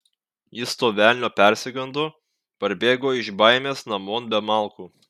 jis to velnio persigando parbėgo iš baimės namon be malkų